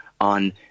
on